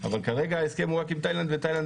אבל כרגע ההסכם הוא רק עם תאילנד ותאילנד